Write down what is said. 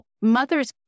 mothers